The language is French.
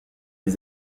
des